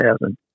thousand